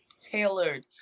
tailored